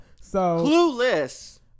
Clueless